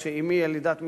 היות שאמי ילידת מצרים,